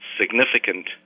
significant